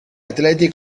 atleti